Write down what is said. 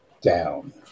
down